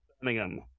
Birmingham